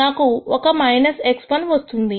నాకు ఒక x1 వస్తుంది